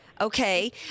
okay